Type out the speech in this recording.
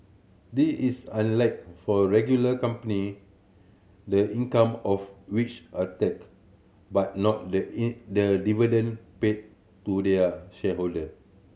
this is unlike for regular company the income of which are tax but not the in the dividend paid to their shareholder